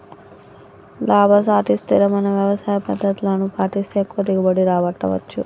లాభసాటి స్థిరమైన వ్యవసాయ పద్దతులను పాటిస్తే ఎక్కువ దిగుబడి రాబట్టవచ్చు